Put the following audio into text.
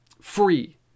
free